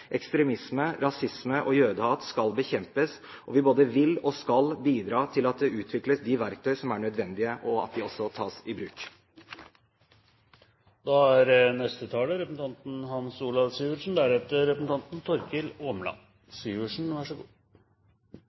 Ekstremisme, rasisme og jødehat skal bekjempes, og vi både vil og skal bidra til at det utvikles de verktøy som er nødvendige, og at de også tas i bruk. Jeg er